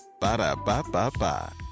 Ba-da-ba-ba-ba